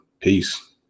Peace